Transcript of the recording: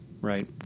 Right